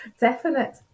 definite